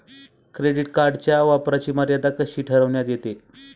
Credit कार्डच्या वापराची मर्यादा कशी ठरविण्यात येते?